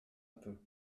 peu